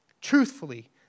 Truthfully